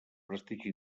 prestigi